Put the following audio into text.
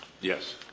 Yes